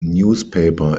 newspaper